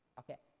okay?